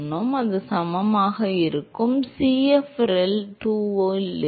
எனவே அது சமமாக இருக்க வேண்டும் Cf ReL 2 ஆல் இருக்கும்